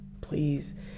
Please